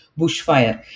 bushfire